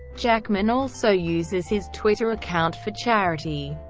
jackman also uses his twitter account for charity.